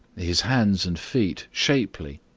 his hands and feet shapely,